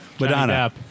Madonna